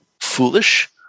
foolish